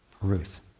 Ruth